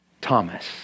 Thomas